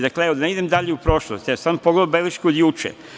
Dakle, da ne idem u dalju prošlost, ja sam pogledamo belešku od juče.